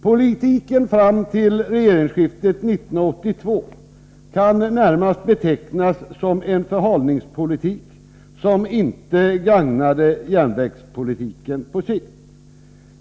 Politiken fram till regeringsskiftet 1982 kan närmast betecknas som en förhalningspolitik som inte gagnade järnvägspolitiken på sikt.